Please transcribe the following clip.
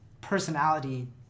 personality